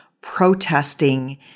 protesting